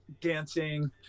dancing